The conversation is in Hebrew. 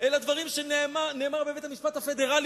אלא דברים שנאמרו בבית-המשפט הפדרלי